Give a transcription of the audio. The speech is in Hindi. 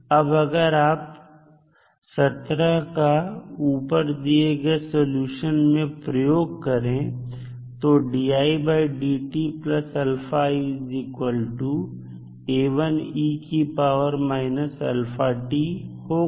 अब अगर आप 17 का ऊपर दिए गए सॉल्यूशन में प्रयोग करें तो होगा